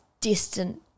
distant